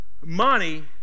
money